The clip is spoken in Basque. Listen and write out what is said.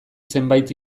zenbait